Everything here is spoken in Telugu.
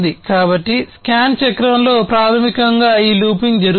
కాబట్టి స్కాన్ చక్రంలో ప్రాథమికంగా ఈ లూపింగ్ జరుగుతుంది